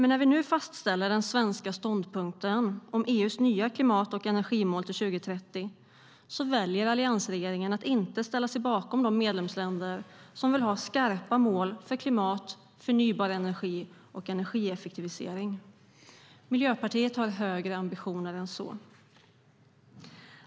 När vi nu fastställer den svenska ståndpunkten om EU:s nya klimat och energimål till 2030 väljer dock alliansregeringen att inte ställa sig bakom de medlemsländer som vill ha skarpa mål för klimat, förnybar energi och energieffektivisering. Miljöpartiet har högre ambitioner än så.